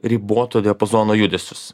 riboto diapazono judesius